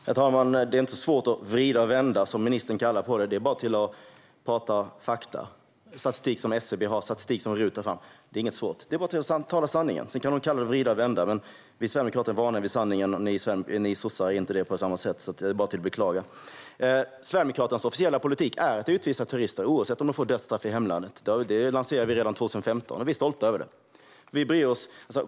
Herr ålderspresident! Det är inte svårt att vrida och vända, som ministern kallar det. Det är bara att tala fakta - statistik som SCB har och som RUT tar fram. Det är inte svårt; det är bara att tala sanning. Sedan kan hon kalla det att vrida och vända. Men vi sverigedemokrater är vana vid sanningen, och ni sossar är inte det på samma sätt. Det är bara att beklaga. Sverigedemokraternas officiella politik är att terrorister ska utvisas, oavsett om de får dödsstraff i hemlandet eller inte. Detta lanserade vi redan 2015, och vi är stolta över det.